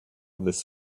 this